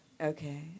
okay